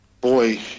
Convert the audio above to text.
boy